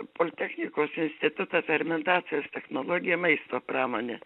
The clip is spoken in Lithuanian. politechnikos instituto fermentacijos technologiją maisto pramonę